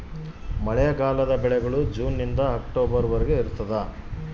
ಮಳೆಗಾಲದ ಬೆಳೆಗಳು ಜೂನ್ ನಿಂದ ಅಕ್ಟೊಬರ್ ವರೆಗೆ ಇರ್ತಾದ